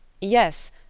Yes